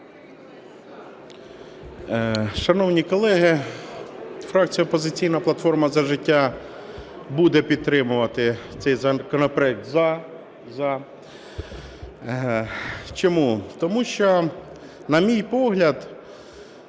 Шановні колеги! Фракція "Опозиційна платформа – За життя" буде підтримувати цей законопроект, "за". Чому? Тому що, на мій погляд,